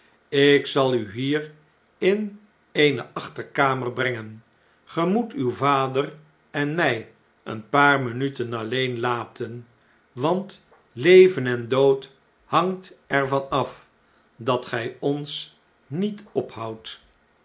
ik zal u hier in eene achterkamer brengen ge moet uw vader en my een paar minuten alleen laten want leven en dood hangt er van af dat gij ons niet ophoudt